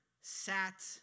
sat